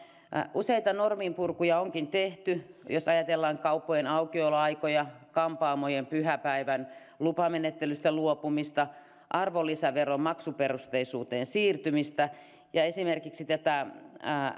useita norminpurkuja onkin tehty jos ajatellaan kauppojen aukioloaikoja kampaamojen pyhäpäivän lupamenettelystä luopumista arvonlisäveron maksuperusteisuuteen siirtymistä ja esimerkiksi tätä